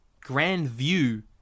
Grandview